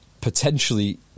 potentially